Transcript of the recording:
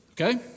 okay